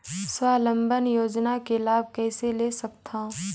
स्वावलंबन योजना के लाभ कइसे ले सकथव?